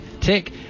Tick